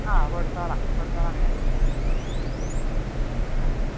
ആ കൊടുത്തോളം കൊടുത്തോളം ബീനാച്ചേച്ചി ഉം ഉം ആ